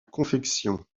confection